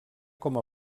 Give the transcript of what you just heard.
com